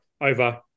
over